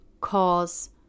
cause